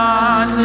God